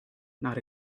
not